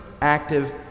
active